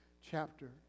chapter